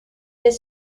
his